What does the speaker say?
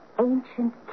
ancient